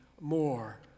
more